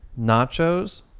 nachos